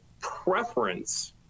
preference